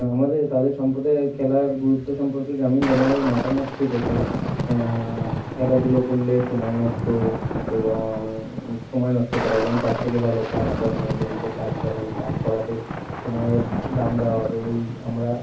আমাদের তাদের সম্প্রদায়ের খেলার গুরুত্ব সম্পর্কে গ্রামীণ জনগণের মতামত ছিল যে খেলাধুলো করলে সময় নষ্ট এবং সময় নষ্ট করা এবং তার থেকে ভালো কাজকর্ম জমিতে কাজ করা এই কাজ করাতে সময়ের দাম দেওয়া হবে এই আমরা